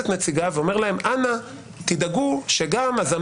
הוא גם הוציא את המנשר הראשון